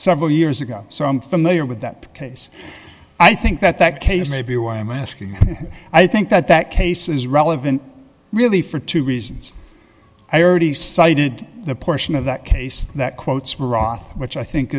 several years ago so i'm familiar with that case i think that that case may be why i'm asking i think that that case is relevant really for two reasons i already cited the portion of that case that quotes murat which i think